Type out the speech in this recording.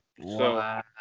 Wow